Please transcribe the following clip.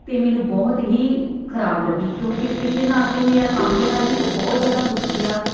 ਅਤੇ ਮੈਨੂੰ ਬਹੁਤ ਹੀ ਖਰਾਬ ਲੱਗੀ ਕਿਉਂ ਇ ਇਸ ਦੇ ਨਾਲ ਤਾਂ ਮੇਰਾ ਕੰਮ ਜਿਹੜਾ ਸੀ ਉਹ ਬਹੁਤ ਜ਼ਿਆਦਾ ਰੁਕ ਗਿਆ